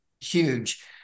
huge